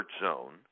zone